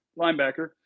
linebacker